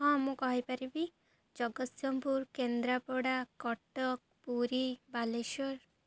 ହଁ ମୁଁ କହିପାରିବି ଜଗତସିଂହପୁର କେନ୍ଦ୍ରାପଡ଼ା କଟକ ପୁରୀ ବାଲେଶ୍ୱର